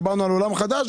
דיברנו על עולם חדש?